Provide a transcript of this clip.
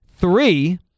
three